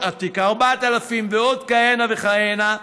תיק 4000 ועוד כהנה וכהנה,